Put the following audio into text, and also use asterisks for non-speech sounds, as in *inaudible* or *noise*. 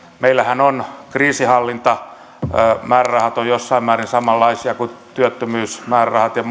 meillähän kriisinhallintamäärärahat ovat jossain määrin samanlaisia kuin työttömyysmäärärahat ja *unintelligible*